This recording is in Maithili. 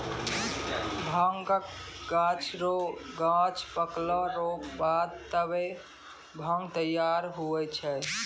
भांगक गाछ रो गांछ पकला रो बाद तबै भांग तैयार हुवै छै